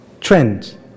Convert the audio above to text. trends